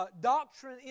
doctrine